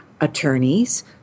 attorneys